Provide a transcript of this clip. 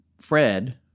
Fred